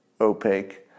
opaque